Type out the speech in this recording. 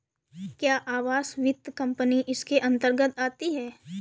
क्या आवास वित्त कंपनी इसके अन्तर्गत आती है?